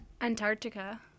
Antarctica